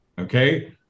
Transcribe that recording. okay